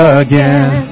again